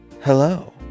hello